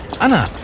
Anna